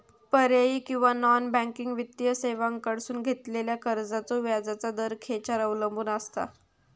पर्यायी किंवा non banking वित्तीय सेवांकडसून घेतलेल्या कर्जाचो व्याजाचा दर खेच्यार अवलंबून आसता?